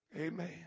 Amen